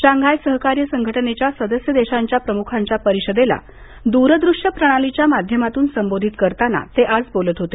Shanghai सहकार्य संघटनेच्या सदस्य देशांच्या प्रमुखांच्या परिषदेला दूर दृष्य प्रणालीच्या माध्यमातून संबोधित करताना ते आज बोलत होते